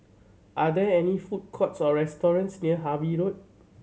are there any food courts or restaurants near Harvey Road